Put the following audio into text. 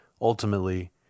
ultimately